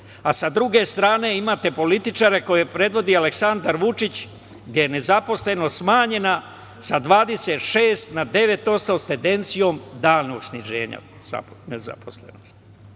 a sa druge strane imate političare koje predvodi Aleksandar Vučić, gde je nezaposlenost smanjena sa 26% na 9% sa tendencijom daljeg sniženja nezaposlenosti. Sa